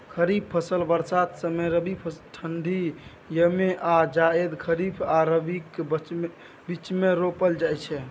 खरीफ फसल बरसात समय, रबी ठंढी यमे आ जाएद खरीफ आ रबीक बीचमे रोपल जाइ छै